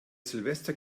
silvester